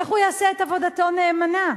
איך הוא יעשה את עבודתו נאמנה?